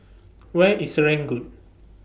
Where IS Serangoon